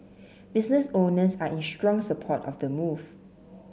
business owners are in strong support of the move